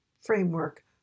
framework